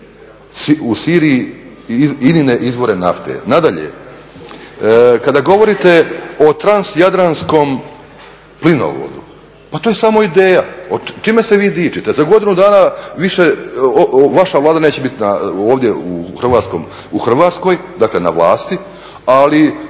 U Siriji INA-ine izvore nafte. Nadalje, kada govorite o transjadranskom plinovodu pa to je samo ideja. Čime se vi dičite? Za godinu dana više vaša Vlada neće biti ovdje u Hrvatskoj, dakle na vlasti, ali